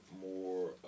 more